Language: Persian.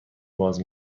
باز